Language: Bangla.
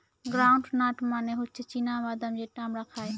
গ্রাউন্ড নাট মানে হচ্ছে চীনা বাদাম যেটা আমরা খাই